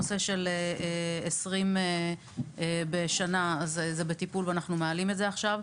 הנושא של 20 רכבים בשנה זה בטיפול ואנחנו מעלים את זה עכשיו,